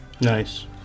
Nice